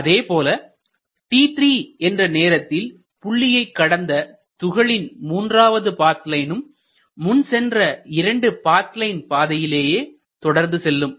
அதேபோல t3 என்ற நேரத்தில் புள்ளியை கடந்த துகளின் மூன்றாவது பாத் லைனும் முன்சென்ற 2 பாத் லைன் பாதையையே தொடர்ந்து செல்லும்